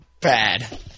Bad